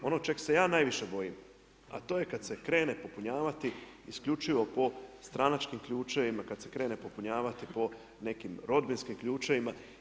Ono čeg se ja najviše bojim, a to je kad se krene popunjavati isključivo po stranačkim ključevima, kad se krene popunjavati po nekim rodbinskim ključevima.